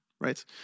right